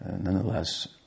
nonetheless